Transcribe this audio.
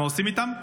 מה עושים איתם?